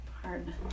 Hard